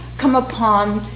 came upon